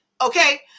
okay